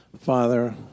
Father